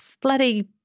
bloody